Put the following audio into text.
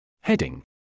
Heading